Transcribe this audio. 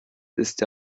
ist